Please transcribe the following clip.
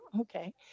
okay